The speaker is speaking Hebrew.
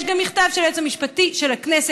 יש גם מכתב של היועץ המשפטי של הכנסת